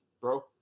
bro